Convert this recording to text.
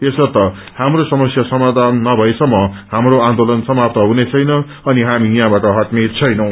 यसर्थ हाम्रो समस्या समायान नभएसम्म हाम्रो आन्दोलन समाप्त हनुछैन अनि हामी यहाँबाट छट्नेछैनौ